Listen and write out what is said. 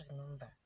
remember